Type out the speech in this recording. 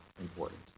important